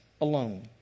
alone